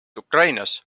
ukrainas